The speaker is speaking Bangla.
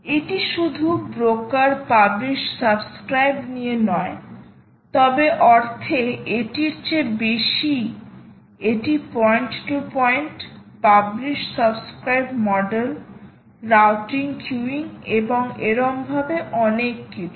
এটি শুধু ব্রোকার পাবলিশ সাবস্ক্রাইব নিয়ে নয় তবে অর্থে এটির চেয়ে বেশি এটি point to point publish subscribe model routing queuing এবং এরম ভাবে অনেক কিছু